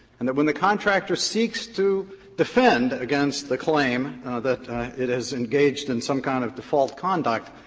and that when the contractor seeks to defend against the claim that it has engaged in some kind of default conduct,